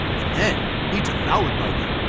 and then be devoured by them.